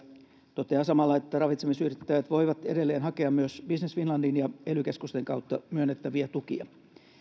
totean samalla että ravitsemisyrittäjät voivat edelleen hakea myös business finlandin ja ely keskusten kautta myönnettäviä tukia